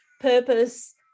purpose